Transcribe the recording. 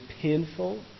painful